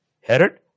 Herod